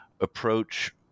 approach